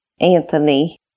Anthony